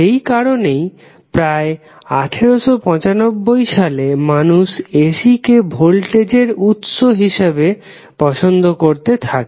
সেই কারণেই প্রায় 1895সালে মানুষ এসি কে ভোল্টেজের উৎস হিসাবে পছন্দ করতে থাকে